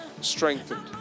strengthened